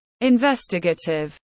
Investigative